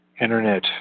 Internet